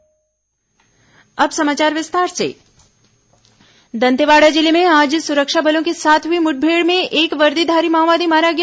माओवादी मुठभेड़ दंतेवाड़ा जिले में आज सुरक्षा बलों के साथ हई मुठभेड़ में एक वर्दीधारी माओवादी मारा गया